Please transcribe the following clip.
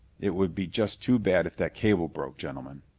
it would be just too bad if that cable broke, gentlemen!